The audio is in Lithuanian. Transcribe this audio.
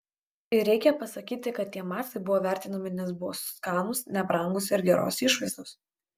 ir reikia pasakyti kad tie macai buvo vertinami nes buvo skanūs nebrangūs ir geros išvaizdos